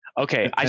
okay